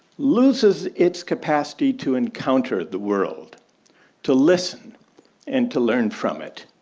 loses its capacity to encounter the world to listen and to learn from it.